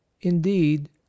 indeed